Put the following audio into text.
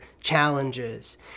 challenges